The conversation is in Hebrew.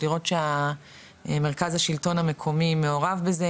לראות שהמרכז השלטון המקומי מעורב בזה,